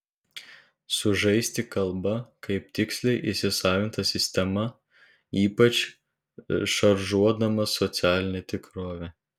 sužaisti kalba kaip tiksliai įsisavinta sistema ypač šaržuodamas socialinę tikrovę